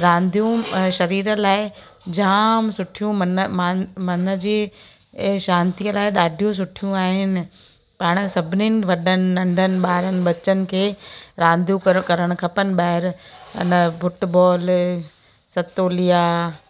रांदियूं ऐं सरीर लाइ जाम सुठियूं मन मान मन जी ऐं शांतिअ लाइ ॾाढियूं सुठियूं आहिनि पाणि सभिनिनि वॾनि नंढनि ॿारनि बचनि खे रांदियूं कर करण खपेनि ॿाहिरि हिन फुटबॉल सतोलिया